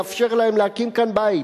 לאפשר להם להקים כאן בית,